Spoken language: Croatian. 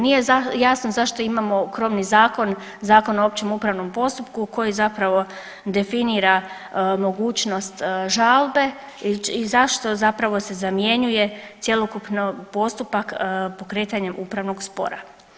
Nije jasno zašto imamo krovni zakon, Zakon o općem upravnom postupku koji zapravo definira mogućnost žalbe i zašto zapravo se zamjenjuje cjelokupni postupak pokretanja upravnog spora.